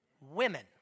Women